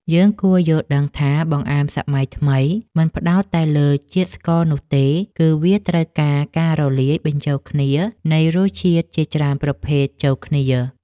យើងគួរយល់ដឹងថាបង្អែមសម័យថ្មីមិនផ្ដោតតែលើជាតិស្ករនោះទេ គឺវាត្រូវការការលាយបញ្ចូលគ្នានៃរសជាតិជាច្រើនប្រភេទចូលគ្នា។